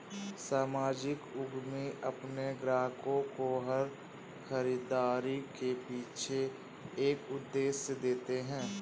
सामाजिक उद्यमी अपने ग्राहकों को हर खरीदारी के पीछे एक उद्देश्य देते हैं